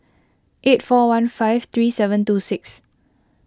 eight four one five three seven two six